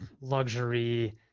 luxury